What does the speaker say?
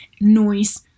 noise